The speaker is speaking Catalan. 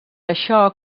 això